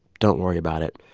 don't worry about it.